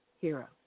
hero